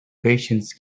patience